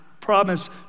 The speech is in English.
promise